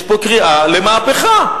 יש פה קריאה למהפכה.